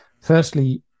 firstly